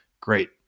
great